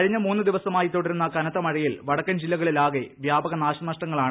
കഴിഞ്ഞ മൂന്ന് ദിവസമായി തുടരുന്ന കനത്ത മഴയിൽ വടക്കൻ ജില്ലകളിലാകെ വ്യാപക നാശനഷ്ടങ്ങളാണ്